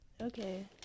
okay